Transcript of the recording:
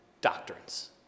doctrines